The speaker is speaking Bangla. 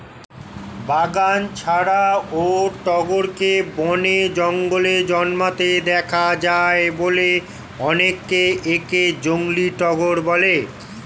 বাগান ছাড়াও টগরকে বনে, জঙ্গলে জন্মাতে দেখা যায় বলে অনেকে একে জংলী টগর বলে